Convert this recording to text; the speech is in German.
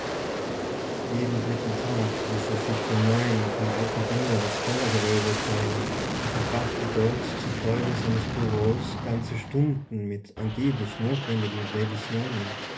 jeden dritten tag ließ er sich von neuem vom alten binder das kellergewölbe zeigen und verbrachte dort zur freude seines bureaus ganze stunden mit angeblich notwendigen revisionen